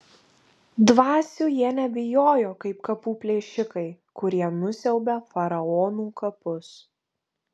dvasių jie nebijojo kaip kapų plėšikai kurie nusiaubia faraonų kapus